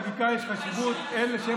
בעיגון ההסדר בחקיקה יש חשיבות הן לשם